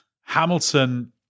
Hamilton